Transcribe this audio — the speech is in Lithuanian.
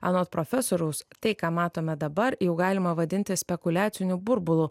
anot profesoriaus tai ką matome dabar jau galima vadinti spekuliaciniu burbulu